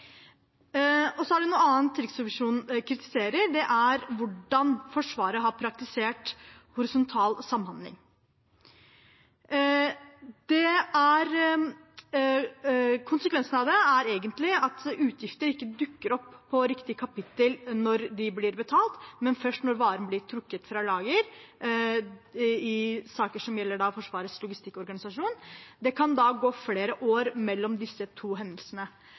Noe annet Riksrevisjonen kritiserer, er hvordan Forsvaret har praktisert horisontal samhandling. Konsekvensen av det er egentlig at utgifter ikke dukker opp i riktig kapittel når de blir betalt, men først når varen blir trukket fra lager, i saker som gjelder Forsvarets logistikkorganisasjon. Det kan da gå flere år mellom disse to hendelsene.